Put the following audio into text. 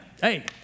Hey